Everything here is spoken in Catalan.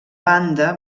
banda